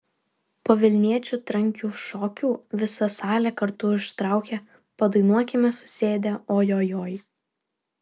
po vilniečių trankių šokių visa salė kartu užtraukė padainuokime susėdę o jo joj